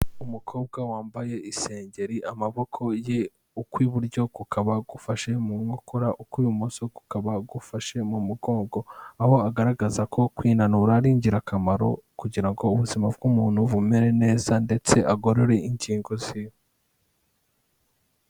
Umukobwa wambaye isengeri amaboko ye ukw'iburyo kukaba gufashe mu nkokora kw'ibumoso kukaba gufashe mu mugongo aho agaragaza ko kwinanura ari ingirakamaro kugira ngo ubuzima bw'umuntu bumere neza ndetse agorore ingingo ze.